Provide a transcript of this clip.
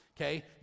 Okay